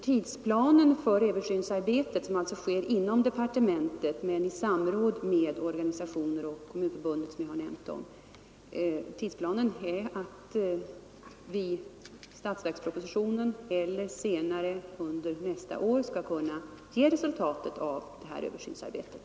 Tidsplanen för översynsarbetet, vilket alltså sker inom departementet men i samråd med organisationer och förbund, anger att vi i statsverkspropositionen eller senare under nästa år skall kunna redovisa resultatet.